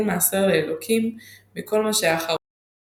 מעשר לאלוהים מכל מה שהאחרון יתן לו.